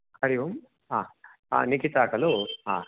हरि ओम् हा निखिता खलु हा